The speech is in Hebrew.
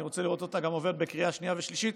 אני רוצה לראות אותה גם עוברת בקריאה שנייה ושלישית,